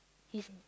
his